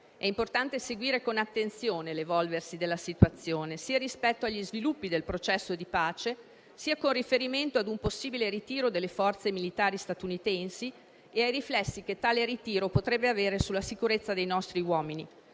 È importante seguire con attenzione l'evolversi della situazione sia rispetto agli sviluppi del processo di pace sia con riferimento a un possibile ritiro delle forze militari statunitensi e ai riflessi che tale ritiro potrebbe avere sulla sicurezza dei nostri uomini,